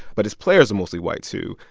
but its players are mostly white, too.